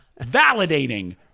validating